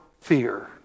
fear